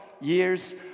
years